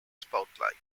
spotlight